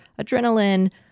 adrenaline